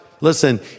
Listen